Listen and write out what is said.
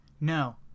No